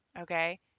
Okay